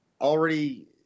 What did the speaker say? already